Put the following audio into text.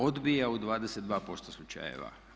Odbija u 22% slučajeva.